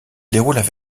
déroulent